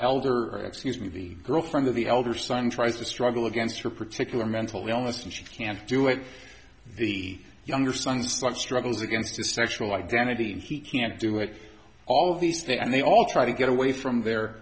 elder excuse me the girlfriend of the elder son tries to struggle against her particular mental illness and she can't do it the younger son's life struggles against a sexual identity he can't do it all of these things and they all try to get away from their